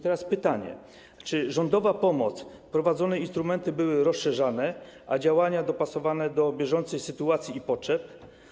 Teraz pytanie: Czy rządowa pomoc, czy wprowadzane instrumenty były rozszerzane, a działania dopasowane do bieżącej sytuacji i potrzeb?